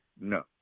no